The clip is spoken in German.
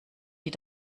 die